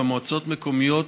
במועצות מקומיות